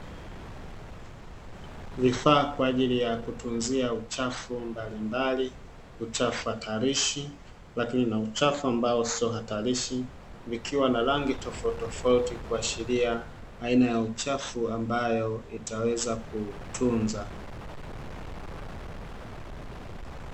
Vifaa kwaajili ya kutunzia uchafu mbalimbali uchafu hatarishi, lakini na uchafu ambao usio hatarishi, vikiwa na rangi tofauti tofauti kwaajili ya aina ya uchafu ambayo itaweza kutunza.